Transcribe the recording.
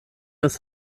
ist